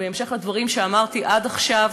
בהמשך לדברים שאמרתי עד עכשיו,